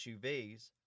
SUVs